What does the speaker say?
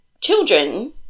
children